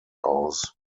aus